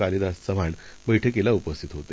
कालिदास चव्हाण बैठकीला उपस्थित होते